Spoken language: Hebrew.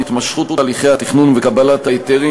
התמשכות תהליכי התכנון וקבלת ההיתרים,